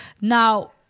Now